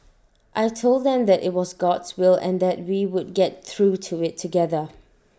I Told them that IT was God's will and that we would get through IT together